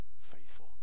faithful